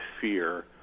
fear